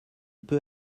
peux